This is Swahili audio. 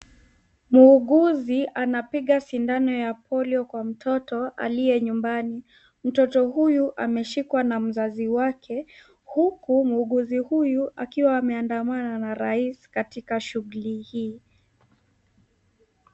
Muuguzi anapinga sindano ya polio kwa mtoto aliye nyumbani .Mtoto huyu ameshikwa na mzazi wake huku muuguzi huyu akiwa ameandamana na rais katika shughuli hii.